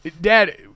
Dad –